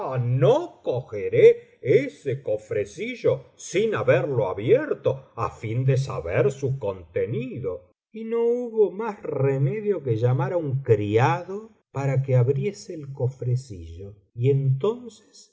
no cogeré ese cofrecillo sin haberlo abierto á fin de saber su contenido y no hubo más remedio que llamar á un criado para que abriese el cofrecillo y entonces